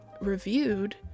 reviewed